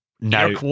now